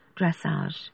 dressage